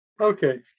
Okay